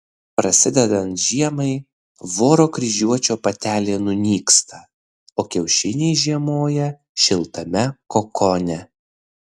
prasidedant žiemai voro kryžiuočio patelė nunyksta o kiaušiniai žiemoja šiltame kokone